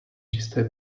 čisté